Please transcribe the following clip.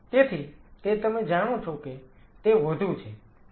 તેથી તે તમે જાણો છો કે તે વધુ છે